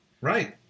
Right